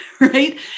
right